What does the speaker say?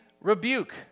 rebuke